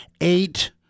eight